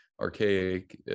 archaic